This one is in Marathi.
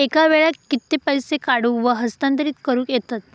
एका वेळाक कित्के पैसे काढूक व हस्तांतरित करूक येतत?